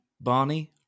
Barney